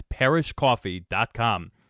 parishcoffee.com